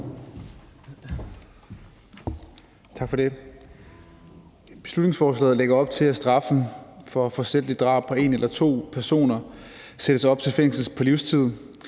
Tak for det. Beslutningsforslaget lægger op til, at straffen for forsætligt drab på en eller to personer sættes op til fængsel på livstid,